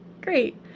great